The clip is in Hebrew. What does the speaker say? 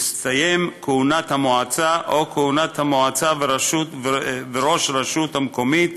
תסתיים כהונת המועצה או כהונת המועצה וראש הרשות המקומית,